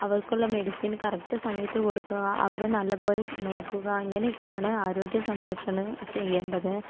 അവർക്കുള്ള medicine correct സമയത്ത് കൊടുക്കുക അവരെ നല്ലപ്പോലെ നോക്കുക ഇങ്ങനെയൊക്കെയാണ് ആരോഗ്യസംരക്ഷണം ചെയ്യേണ്ടത്